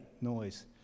noise